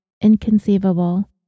inconceivable